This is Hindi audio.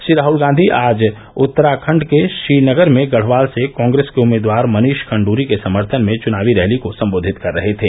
श्री राहुल गांधी आज उत्तराखंड के श्रीनगर में गढ़वाल से कांग्रेस के उम्मीदवार मनीष खंड्री के समर्थन में चुनाव रैली को सम्बोधित कर रहे थे